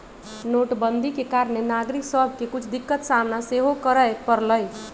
नोटबन्दि के कारणे नागरिक सभके के कुछ दिक्कत सामना सेहो करए परलइ